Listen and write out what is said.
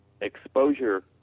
exposure